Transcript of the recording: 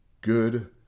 good